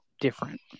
different